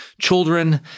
children